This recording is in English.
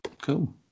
Cool